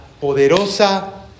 poderosa